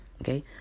Okay